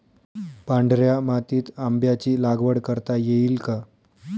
पांढऱ्या मातीत आंब्याची लागवड करता येईल का?